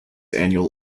annual